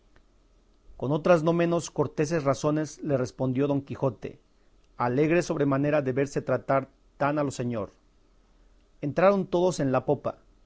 con otras no menos corteses razones le respondió don quijote alegre sobremanera de verse tratar tan a lo señor entraron todos en la popa